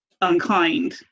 unkind